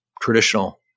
traditional